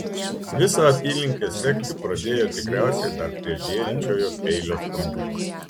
visą apylinkę sekti pradėjo tikriausiai dar prieš žėrinčiojo peilio skambutį